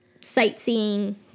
sightseeing